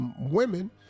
women